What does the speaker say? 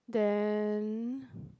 then